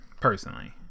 personally